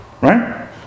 right